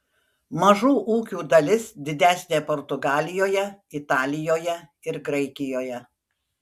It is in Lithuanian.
mažų ūkių dalis didesnė portugalijoje italijoje ir graikijoje